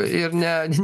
ir ne